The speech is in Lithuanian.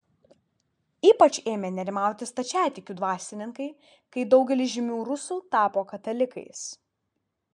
ypač ėmė nerimauti stačiatikių dvasininkai kai daugelis žymių rusų tapo katalikais